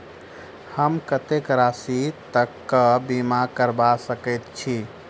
हम कत्तेक राशि तकक बीमा करबा सकैत छी?